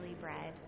bread